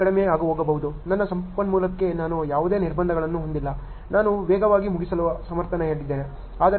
ಅವಧಿ ಕಡಿಮೆ ಹೋಗಬಹುದು ನನ್ನ ಸಂಪನ್ಮೂಲಕ್ಕೆ ನಾನು ಯಾವುದೇ ನಿರ್ಬಂಧಗಳನ್ನು ಹೊಂದಿಲ್ಲ ನಾನು ವೇಗವಾಗಿ ಮುಗಿಸಲು ಸಮರ್ಥನಾಗಿದ್ದೇನೆ ಆದರೆ ನನ್ನ ವೆಚ್ಚವು ಮೇಲೆ ಹೋಗಬಹುದು